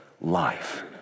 life